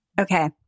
Okay